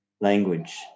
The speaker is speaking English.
language